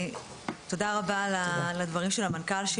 תודה רבה על הדברים של המנכ"ל שלי.